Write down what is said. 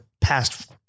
past